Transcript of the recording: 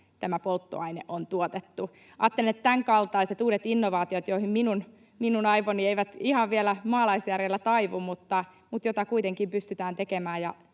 tämä polttoaine on tuotettu. Ajattelen, että tämänkaltaisissa uusissa innovaatioissa — joihin minun aivoni eivät ihan vielä maalaisjärjellä taivu, mutta joita kuitenkin pystytään tekemään